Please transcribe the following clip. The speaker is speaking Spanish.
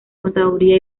contaduría